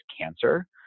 cancer